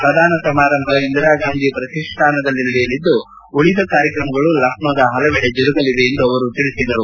ಪ್ರಧಾನ ಸಮಾರಂಭ ಇಂದಿರಾಗಾಂಧಿ ಪ್ರತಿಷ್ಠಾನದಲ್ಲಿ ನಡೆಯಲಿದ್ದು ಉಳಿದ ಕಾರ್ಯಕ್ರಮಗಳು ಲಕ್ತೋದ ಹಲವೆಡೆ ಜರುಗಲಿವೆ ಎಂದು ಅವರು ಹೇಳಿದರು